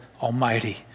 Almighty